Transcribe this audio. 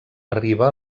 arriba